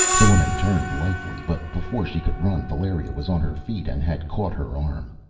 the woman turned lithely, but before she could run valeria was on her feet and had caught her arm.